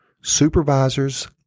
supervisors